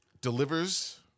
Delivers